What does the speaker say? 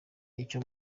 icyo